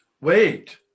Wait